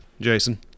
jason